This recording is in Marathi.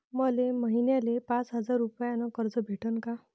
मले महिन्याले पाच हजार रुपयानं कर्ज भेटन का?